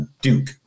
Duke